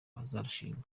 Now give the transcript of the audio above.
bazarushinga